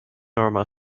normal